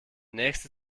nächste